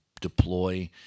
deploy